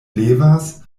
levas